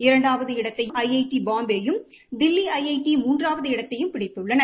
இரண்டாவது இடத்தையும் I I T பாம்பேயும் தில்லி ஐ ஐ டி மூன்றாவது இடத்யைும் பிடித்துள்ளன